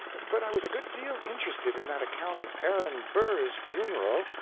but i was a good deal interested in that account of aaron burr's funeral.